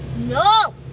No